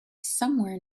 somewhere